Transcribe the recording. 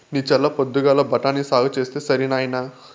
నీ చల్ల పొద్దుగాల బఠాని సాగు చేస్తే సరి నాయినా